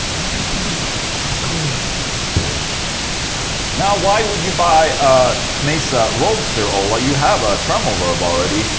microphone, let's record bitch now, why would you buy a mesa roadster, ola? you have a tremoverb already.